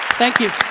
thank you,